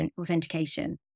authentication